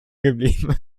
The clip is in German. geblieben